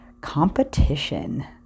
competition